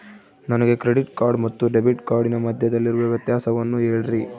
ನನಗೆ credit card ಮತ್ತು debit ಕಾರ್ಡಿನ ಮಧ್ಯದಲ್ಲಿರುವ ವ್ಯತ್ಯಾಸವನ್ನು ಹೇಳ್ರಿ?